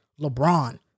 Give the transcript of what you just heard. LeBron